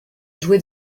jouer